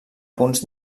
punts